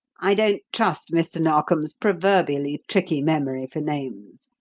i don't trust mr. narkom's proverbially tricky memory for names.